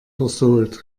versohlt